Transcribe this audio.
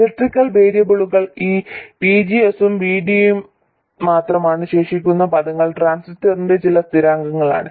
electrical വേരിയബിളുകൾ ഈ VGS ഉം VDS ഉം മാത്രമാണ് ശേഷിക്കുന്ന പദങ്ങൾ ട്രാൻസിസ്റ്ററിന്റെ ചില സ്ഥിരാങ്കങ്ങളാണ്